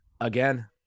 again